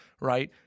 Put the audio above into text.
right